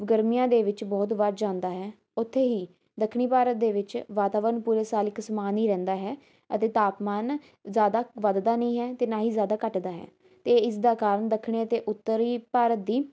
ਗਰਮੀਆਂ ਦੇ ਵਿੱਚ ਬਹੁਤ ਵੱਧ ਜਾਂਦਾ ਹੈ ਉੱਥੇ ਹੀ ਦੱਖਣੀ ਭਾਰਤ ਦੇ ਵਿੱਚ ਵਾਤਾਵਰਨ ਪੂਰੇ ਸਾਲ ਇੱਕ ਸਮਾਨ ਹੀ ਰਹਿੰਦਾ ਹੈ ਅਤੇ ਤਾਪਮਾਨ ਜ਼ਿਆਦਾ ਵੱਧਦਾ ਨਹੀਂ ਹੈ ਅਤੇ ਨਾ ਹੀ ਜ਼ਿਆਦਾ ਘੱਟਦਾ ਹੈ ਅਤੇ ਇਸ ਦਾ ਕਾਰਨ ਦੱਖਣੀ ਅਤੇ ਉੱਤਰੀ ਭਾਰਤ ਦੀ